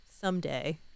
someday